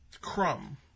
Crumb